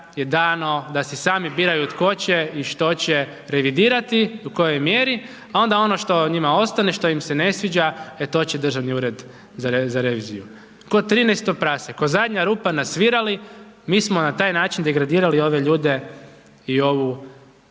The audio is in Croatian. je dano da si sami biraju tko će i što će revidirati i u kojoj mjeri, a onda ono što njima ostane, što im se ne sviđa, e to će Državni ured za reviziju. Kao 13. prase, kao zadnja rupa na svirali mi smo na taj način degradirali ove ljude i ovu